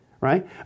right